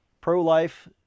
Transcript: pro-life